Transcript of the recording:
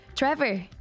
Trevor